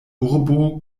urbo